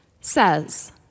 says